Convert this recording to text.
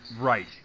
Right